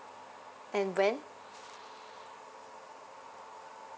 and when